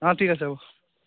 অঁ ঠিক আছে হ'ব